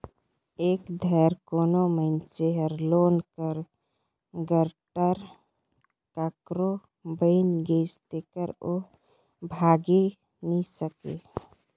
एक धाएर कोनो मइनसे हर लोन कर गारंटर काकरो बइन गइस तेकर ओ भागे नी सके